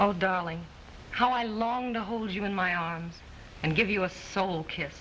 oh darling how i long to hold you in my arms and give you a soul ki